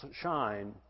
shine